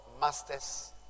masters